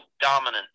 dominant